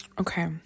Okay